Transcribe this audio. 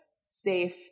safe